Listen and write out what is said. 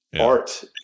art